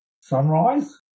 sunrise